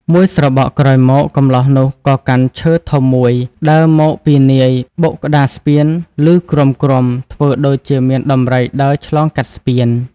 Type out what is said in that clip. មួយស្របក់ក្រោយមក កម្លោះនោះក៏កាន់ឈើមួយធំ ដើរមកពីនាយបុកក្តារស្ពានឮគ្រាំៗ ធ្វើដូចជាមានដំរីដើរឆ្លងកាត់ស្ពាន។